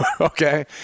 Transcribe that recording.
okay